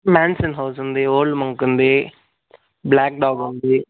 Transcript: Manson House ఉంది Old Monk ఉంది Black Dog ఉంది